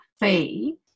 fee